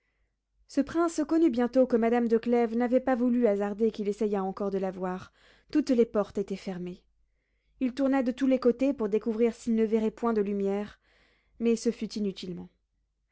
ce prince connut bientôt que madame de clèves n'avait pas voulu hasarder qu'il essayât encore de la voir toutes les portes étaient fermées il tourna de tous les côtés pour découvrir s'il ne verrait point de lumières mais ce fut inutilement